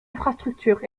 infrastructure